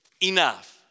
enough